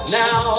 now